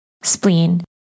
spleen